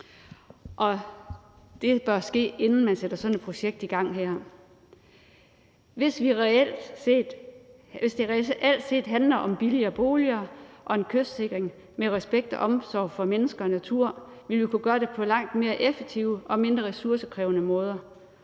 det bør ske, inden man sætter sådan et projekt i gang. Hvis det reelt set handler om billigere boliger og en kystsikring med respekt og omsorg for mennesker og natur, ville vi kunne gøre det på langt mere effektive og mindre ressourcekrævende måder